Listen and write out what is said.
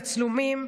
תצלומים,